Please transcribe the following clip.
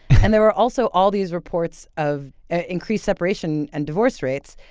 and there were also all these reports of increased separation and divorce rates.